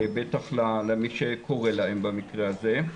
בטח למי שקורא להם במקרה הזה,